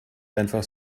einfach